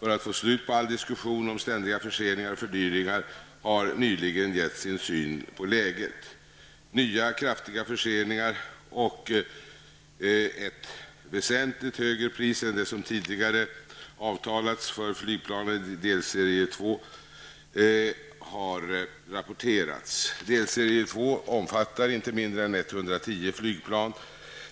för att få slut på all diskussion om ständiga förseningar och fördyringar, har nyligen gett sin syn på läget. Nya kraftiga förseningar och ett väsentligt högre pris än det som tidigare avtalats för flygplanen i delserie 2 har rapporterats. Delserie 2 omfattar inte mindre än 110 flygplan.